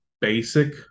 basic